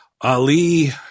Ali